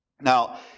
Now